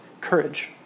courage